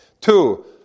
Two